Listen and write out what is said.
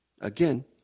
Again